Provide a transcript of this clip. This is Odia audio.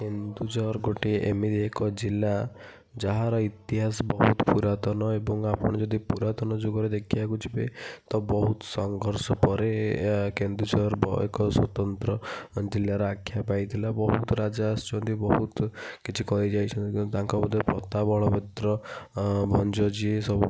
କେନ୍ଦୁଝର ଗୋଟିଏ ଏମିତି ଏକ ଜିଲ୍ଲା ଯାହାର ଇତିହାସ ବହୁତ ପୁରାତନ ଏବଂ ଆପଣ ଯଦି ପୁରାତନ ଯୁଗରେ ଦେଖିବାକୁ ଯିବେ ତ ବହୁତ ସଂଘର୍ଷ ପରେ ଏହା କେନ୍ଦୁଝର ଏକ ସ୍ୱତନ୍ତ୍ର ଜିଲ୍ଲାର ଆଖ୍ୟା ପାଇଥିଲା ବହୁତ ରାଜା ଆସିଛନ୍ତି ବହୁତ କିଛି କରି ଯାଇଛନ୍ତି କିନ୍ତୁ ତାଙ୍କ ବେଳେ ପ୍ରତାପ ବଳଭଦ୍ର ଭଞ୍ଜ ଯିଏ ସବୁଠୁ